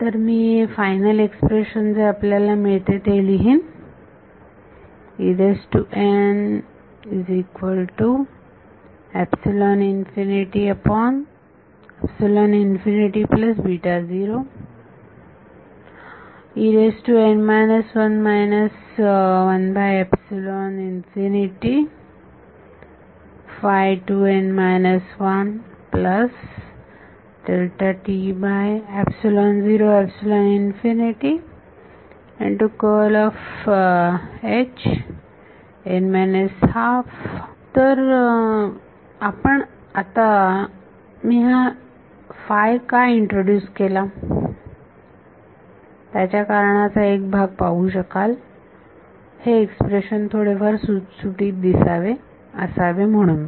तर मी final expression जे आपल्याला मिळते ते लिहीन तर आता आपण मी हा का इंट्रोड्युस केला याच्या कारणाचा एक भाग पाहू शकाल हे एक्सप्रेशन थोडेफार सुटसुटीत दिसावे असावे म्हणून